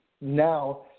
now